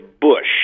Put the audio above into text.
Bush